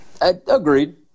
Agreed